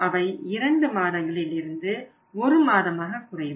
அவை இரண்டு மாதங்களில் இருந்து ஒரு மாதமாக குறையும்